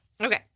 Okay